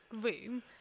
room